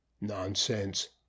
Nonsense